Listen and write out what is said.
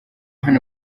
hano